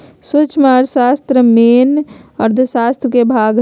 सूक्ष्म अर्थशास्त्र मेन अर्थशास्त्र के भाग हई